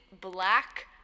black